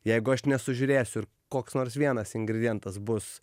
jeigu aš nesužiūrėsiu ir koks nors vienas ingredientas bus